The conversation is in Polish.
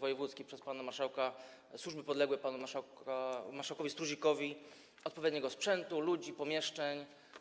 wojewódzki, przez pana marszałka, służby podległe panu marszałkowi Struzikowi odpowiedniego sprzętu, ludzi, pomieszczeń.